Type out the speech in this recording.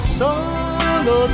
solo